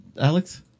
Alex